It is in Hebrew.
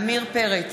עמיר פרץ,